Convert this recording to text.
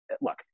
look